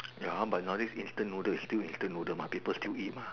ya but you know this instant noodle is still instant noodle mah people still eat mah